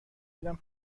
دیدم